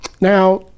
Now